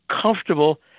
comfortable